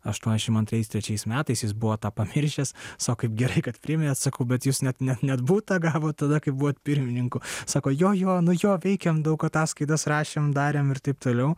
aštuoniasdešimt antrais trečiais metais jis buvo tą pamiršęs sako kaip gerai kad priminėt sakau bet jūs net net net butą gavot tada kai buvot pirmininku sako jo jo nu jo veikėm daug ataskaitas rašėm darėm ir taip toliau